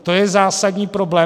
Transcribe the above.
To je zásadní problém.